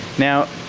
now,